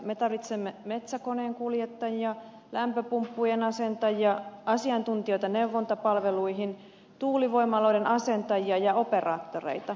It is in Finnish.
me tarvitsemme metsäkoneenkuljettajia lämpöpumppujen asentajia asiantuntijoita neuvontapalveluihin tuulivoimaloiden asentajia ja operaattoreita